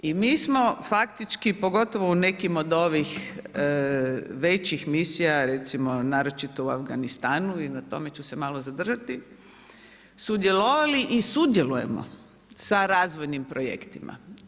I mi smo faktički, pogotovo u nekim od ovih većih misija, recimo naročito u Afganistanu i na tome ću se malo zadržati, sudjelovali i sudjelovali sa razvojnim projektima.